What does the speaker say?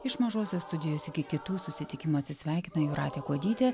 iš mažosios studijos iki kitų susitikimų atsisveikina jūratė kuodytė